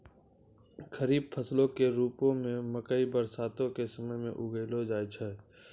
खरीफ फसलो के रुपो मे मकइ बरसातो के समय मे उगैलो जाय छै